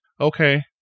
okay